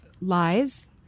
lies